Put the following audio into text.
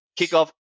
Kickoff